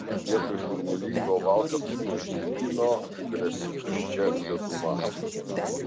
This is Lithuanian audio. vietoj šurmulingo valkatų knibždėlyno grasi tuščia juoduma